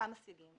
כמה סייגים.